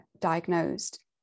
diagnosed